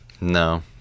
No